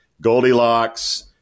Goldilocks